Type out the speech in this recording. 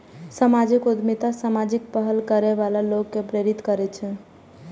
सामाजिक उद्यमिता सामाजिक पहल करै बला लोक कें प्रेरित करै छै